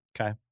Okay